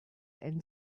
and